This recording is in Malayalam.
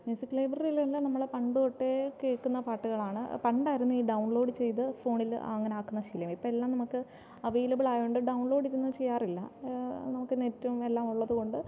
മ്യൂസിക് ലൈബ്രറിയിൽ എല്ലാം നമ്മൾ പണ്ട് തൊട്ടേ കേൾക്കുന്ന പാട്ടുകളാണ് പണ്ടായിരുന്നു ഈ ഡൗൺലോഡ് ചെയ്ത് ഫോണിൽ അങ്ങനെ ആക്കുന്ന ശീലം ഇപ്പോൾ എല്ലാം നമുക്ക് അവൈലബിൾ ആയതുകൊണ്ട് ഡൗൺലോഡ് ഇപ്പോൾ നമ്മൾ ചെയ്യാറില്ല നമുക്ക് നെറ്റും എല്ലാം ഉള്ളതുകൊണ്ട്